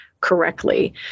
correctly